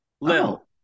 Lil